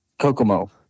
Kokomo